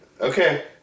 Okay